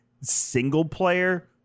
single-player